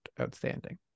outstanding